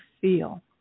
feel